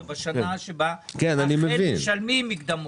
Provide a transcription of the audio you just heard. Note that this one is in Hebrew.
אלא בשנה שבה אכן משלמים מקדמות.